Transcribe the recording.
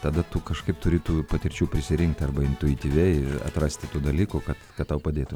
tada tu kažkaip turi tų patirčių prisirinkti arba intuityviai atrasti tų dalykų kad kad tau padėtų